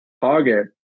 target